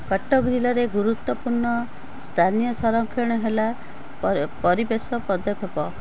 କଟକ ଜିଲ୍ଲାରେ ଗୁରୁତ୍ୱପୂର୍ଣ୍ଣ ସ୍ଥାନୀୟ ସଂରକ୍ଷଣ ହେଲା ପରିବେଶ ପଦକ୍ଷେପ